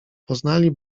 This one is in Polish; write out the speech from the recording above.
poznali